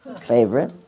favorite